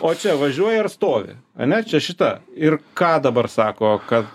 o čia važiuoji ar stovi ane čia šita ir ką dabar sako kad